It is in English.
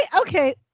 Okay